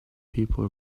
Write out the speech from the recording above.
people